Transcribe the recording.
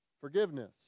forgiveness